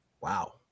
Wow